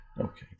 Okay